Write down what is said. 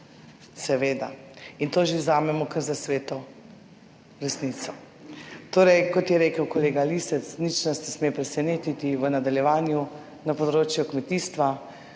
seveda, in to že vzamemo kar za sveto resnico. Torej, kot je rekel kolega Lisec nič nas ne sme presenetiti v nadaljevanju na področju kmetijstva